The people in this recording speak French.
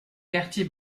quartier